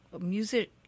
music